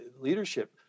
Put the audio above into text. leadership